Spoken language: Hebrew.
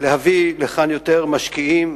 להביא לכאן יותר משקיעים.